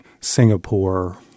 Singapore